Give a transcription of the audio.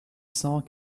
cent